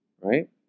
right